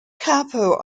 capo